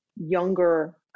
younger